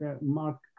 Mark